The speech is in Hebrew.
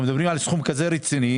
אנחנו מדברים על סכום כזה רציני,